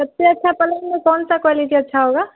سب سے اچھان گ میں کون سا کوالٹی اچھا ہوگ